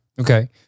Okay